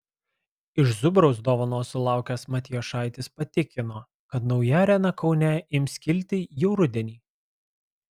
iš zubraus dovanos sulaukęs matijošaitis patikino kad nauja arena kaune ims kilti jau rudenį